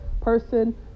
person